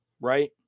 right